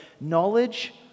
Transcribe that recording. knowledge